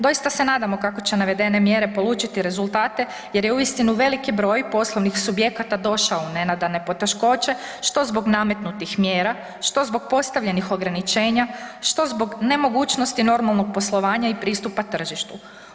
Doista se nadamo kako će navedene mjere polučiti rezultate jer je uistinu veliki broj poslovnih subjekata došao u nenadane poteškoće, što zbog nametnutih mjera, što zbog postavljenih ograničenja, što zbog nemogućnosti normalnog poslovanja i pristupa tržištu.